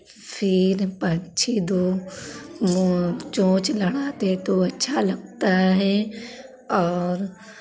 फिर पक्षी दो चोंच लड़ाते हैं तो अच्छा लगता है और